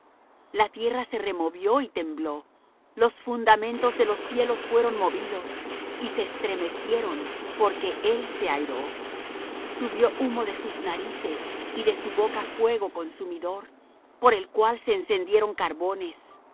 la tierra se removió y tembló los fundamentos de los cielos fueron movidos y se estremecieron porque él se airó subió humo de sus narices y de su boca fuego consumidor por el cual se encendieron carbones